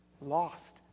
lost